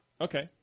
Okay